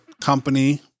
company